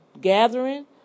gathering